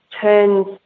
turns